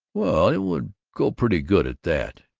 well, it would go pretty good, at that.